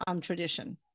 tradition